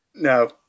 No